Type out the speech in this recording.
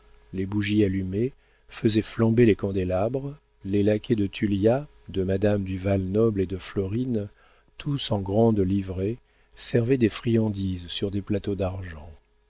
les bougies allumées faisaient flamber les candélabres les laquais de tullia de madame du val-noble et de florine tous en grande livrée servaient des friandises sur des plateaux d'argent